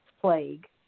plague